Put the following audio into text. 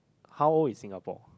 how old is Singapore